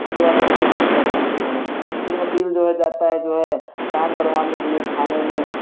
उसके बाद उनको पैसा देते हैं फिर वकील जो है जाता है जो है काम करवाने के लिए थाने में